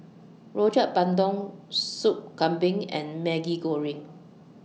Rojak Bandung Sup Kambing and Maggi Goreng